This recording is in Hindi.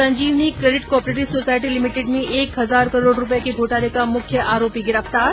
Sanjeevani credit cooperative society limited में एक हजार करोड़ रूपए के घोटाले का मुख्य आरोपी गिरफ्तार